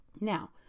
Now